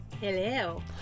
Hello